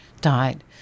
died